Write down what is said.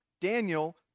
Daniel